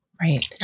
Right